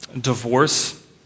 divorce